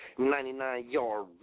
99-yard